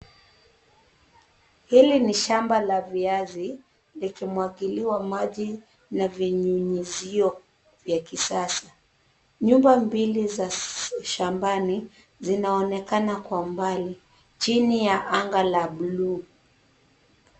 Hili ni shamba la viazi likimwagiliwa maji na vinyunyuzio vya kisasa. Nyumba mbili za shambani zinaonekana kwa mbali chini ya anga la bluu.